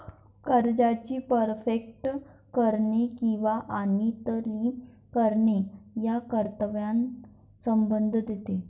कर्जाची परतफेड करणे किंवा काहीतरी करणे या कर्तव्याचा संदर्भ देते